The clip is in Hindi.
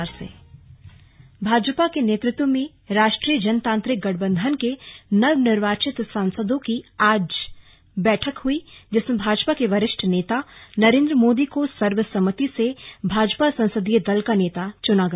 स्लग बैठक एनडीए भाजपा के नेतृत्व में राष्ट्रीय जनतांत्रिक गठबंधन के नवनिर्वाचित सांसदों की आज बैठक हुई जिसमें भाजपा के वरिष्ठ नेता नरेन्द्र मोदी को सर्वसम्मति से भाजपा संसदीय दल का नेता चुना गया